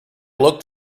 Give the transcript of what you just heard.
looked